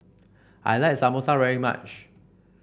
I like Samosa very much